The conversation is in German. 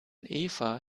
eva